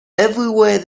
everywhere